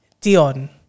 Dion